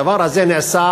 הדבר הזה נעשה,